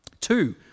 Two